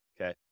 Okay